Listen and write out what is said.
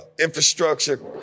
infrastructure